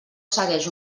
segueix